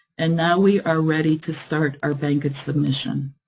and now we are ready to start our bankit submission.